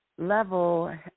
level